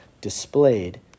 displayed